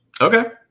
okay